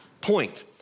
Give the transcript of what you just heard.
point